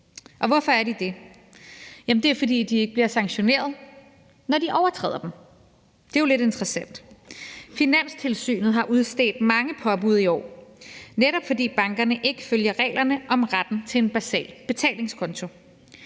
hvorfor er de det? Det er, fordi de ikke bliver sanktioneret, når de overtræder dem. Det er jo lidt interessant. Finanstilsynet har udstedt mange påbud i år, netop fordi bankerne ikke følger reglerne om retten til en basal betalingskonto.